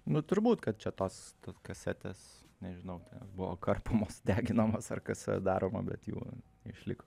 nu turbūt kad čia tos kasetės nežinau buvo karpomos deginamos ar kas su ja daroma bet jų neišliko